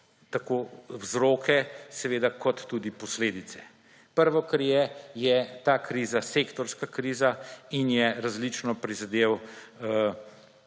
tako vzroke kot tudi posledice. Prvo, kar je, je ta kriza sektorska kriza in je različno prizadela